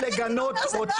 ואחר זה הוא אומר: זה לא היה.